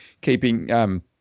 keeping